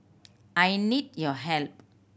I need your help